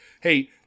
hey